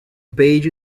page